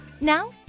Now